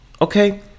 Okay